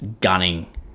gunning